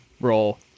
Roll